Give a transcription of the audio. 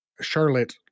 Charlotte